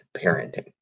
parenting